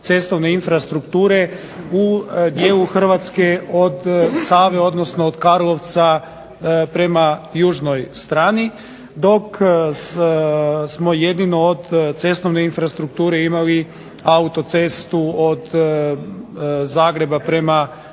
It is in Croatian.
cestovne infrastrukture, u dijelu Hrvatske od Save, odnosno od Karlovca prema južnoj strani, dok smo jedino od cestovne infrastrukture imali autocestu od Zagreba prema